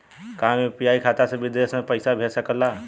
का हम यू.पी.आई खाता से विदेश म पईसा भेज सकिला?